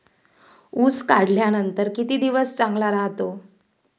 ऊस काढल्यानंतर किती दिवस चांगला राहतो?